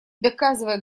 доказывая